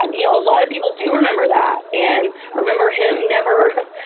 but you know, a lot of people do remember that. and remember him. never.